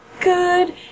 good